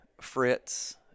Fritz